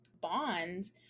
bonds